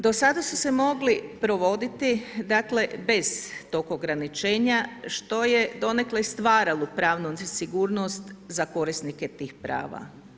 Do sada su se mogli provoditi dakle bez tog ograničenja, što je donekle stvaralo pravnu sigurnost za korisnike tih prava.